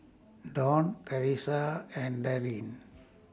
Dawne Carissa and Darryn